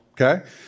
okay